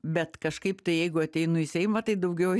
bet kažkaip tai jeigu ateinu į seimą tai daugiau